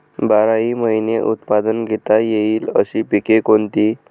बाराही महिने उत्पादन घेता येईल अशी पिके कोणती?